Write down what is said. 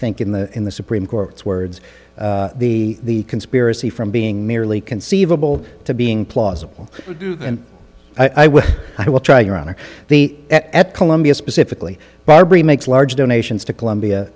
think in the in the supreme court's words the conspiracy from being merely conceivable to being plausible and i will i will try your honor the at columbia specifically barbara makes large donations to columbia